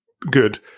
good